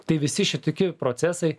tai visi šitoki procesai